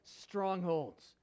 strongholds